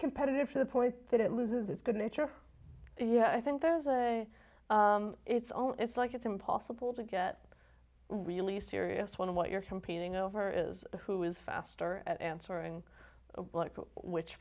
competitive to the point that it loses its good nature yeah i think there's a it's own it's like it's impossible to get really serious when what you're competing over is who is faster at answering which